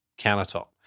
countertop